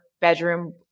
bedroom